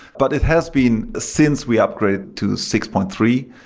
but it has been, since we upgraded to six point three,